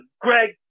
Greg